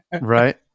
Right